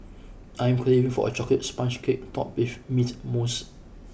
I'm craving for a chocolate sponge cake topped with mint mousse